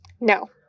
No